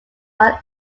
are